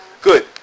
Good